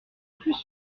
plus